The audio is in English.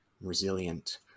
resilient